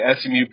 SMU